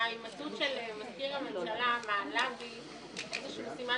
ההימצאות של מזכיר הממשלה מעלה בי סימן